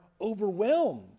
overwhelmed